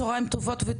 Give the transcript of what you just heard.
צהריים טובים,